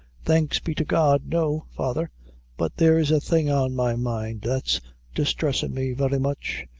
thanks be to god, no, father but there's a thing on my mind, that's distressin' me very much,